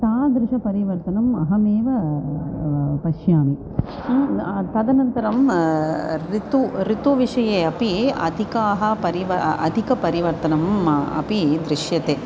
तादृशं परिवर्तनम् अहमेव पश्यामि तदनन्तरम् ऋतुः ऋतुविषये अपि अधिकाः परिवा अधिकं परिवर्तनम् अपि दृश्यते